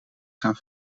gaan